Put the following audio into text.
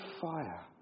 fire